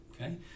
okay